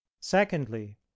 secondly